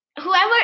Whoever